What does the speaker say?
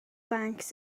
banks